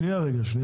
כן.